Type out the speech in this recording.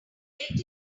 created